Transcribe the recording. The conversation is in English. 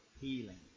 healing